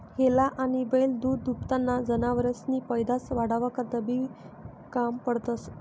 हेला आनी बैल दूधदूभताना जनावरेसनी पैदास वाढावा करता बी काम पडतंस